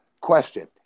question